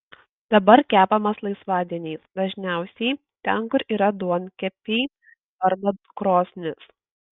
dabar kepamas laisvadieniais dažniausiai ten kur yra duonkepiai arba krosnys